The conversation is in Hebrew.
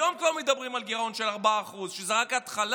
היום כבר מדברים על גירעון של 4%, שזו רק התחלה.